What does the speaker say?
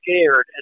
scared